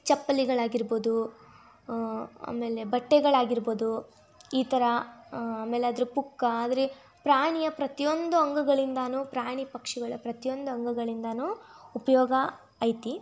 ಚಪ್ಪಲಿಗಳಾಗಿರ್ಬೋದು ಆಮೇಲೆ ಬಟ್ಟೆಗಳಾಗಿರ್ಬೋದು ಈ ಥರ ಆಮೇಲೆ ಅದ್ರ ಪುಕ್ಕ ಅಂದರೆ ಪ್ರಾಣಿಯ ಪ್ರತಿಯೊಂದು ಅಂಗಗಳಿಂದನೂ ಪ್ರಾಣಿ ಪಕ್ಷಿಗಳ ಪ್ರತಿಯೊಂದು ಅಂಗಗಳಿಂದನೂ ಉಪಯೋಗ ಐತೆ